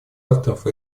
авторов